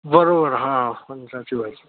बरोबर हं फणसाची भाजी